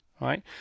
right